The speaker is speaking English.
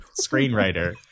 screenwriter